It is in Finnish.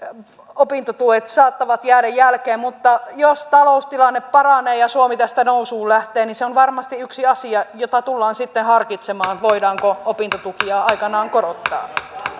opintotuet saattavat jäädä jälkeen mutta jos taloustilanne paranee ja suomi tästä nousuun lähtee niin varmasti yksi asia jota tullaan sitten harkitsemaan on se voidaanko opintotukia aikanaan korottaa